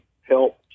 help